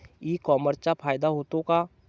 E कॉमर्सचा फायदा होतो का?